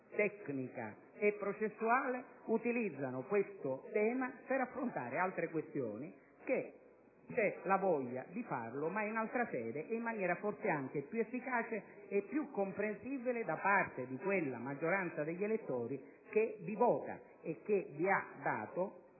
tecnica e processuale, utilizzano questo tema per affrontare altre questioni, che si ha la voglia di trattare, ma in altra sede, e in maniera forse più efficace e più comprensibile da parte di quella maggioranza degli elettori che vi vota e vi ha dato